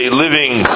living